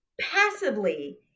passively